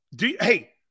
Hey